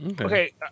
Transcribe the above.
Okay